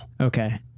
Okay